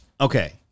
Okay